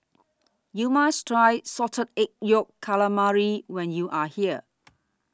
YOU must Try Salted Egg Yolk Calamari when YOU Are here